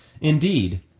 Indeed